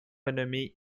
renommée